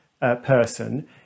person